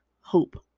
hope